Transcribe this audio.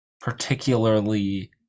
particularly